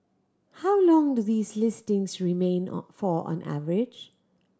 how long do these listings remain on for on average